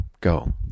go